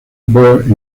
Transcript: baird